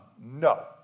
No